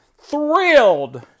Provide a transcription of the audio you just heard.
thrilled